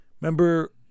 Remember